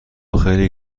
خیلی